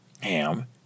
Ham